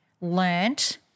learned